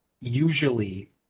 usually